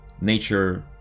nature